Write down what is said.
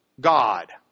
God